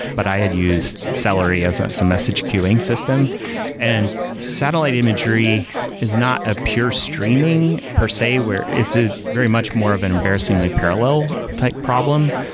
but i had used celery as ah a message queueing system and satellite imagery is not a pure streaming per se, where it's a very much more of an embarrassingly parallel type problem,